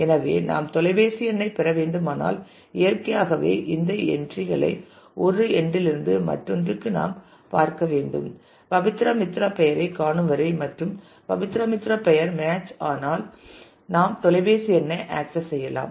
எனவே நாம் தொலைபேசி எண்ணைப் பெற வேண்டுமானால் இயற்கையாகவே இந்த என்றி களை ஒரு என்ட் லிருந்து மற்றொன்றுக்கு நாம் பார்க்க வேண்டும் பபித்ரா மித்ரா பெயரை காணும் வரை மற்றும் பபித்ரா மித்ரா பெயர் மேட்ச் ஆனால் நாம் தொலைபேசி எண்ணை ஆக்சஸ் செய்யலாம்